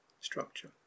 structure